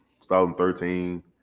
2013